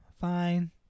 fine